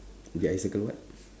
did I circle what